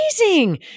Amazing